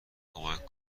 کمک